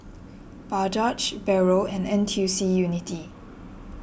Bajaj Barrel and N T U C Unity